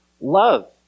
love